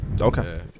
okay